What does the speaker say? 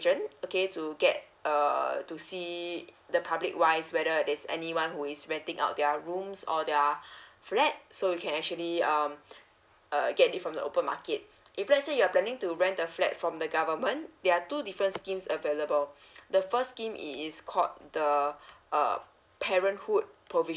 okay to get uh to see the public wise whether there is anyone who is renting out their rooms or their flat so you can actually um err get it from the open market if let's say you're planning to rent the flat from the government there are two different schemes available the first scheme it is called the uh parenthood provisional